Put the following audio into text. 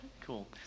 Cool